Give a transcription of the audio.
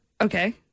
Okay